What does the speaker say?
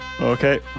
okay